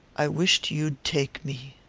i wisht you'd take me.